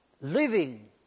living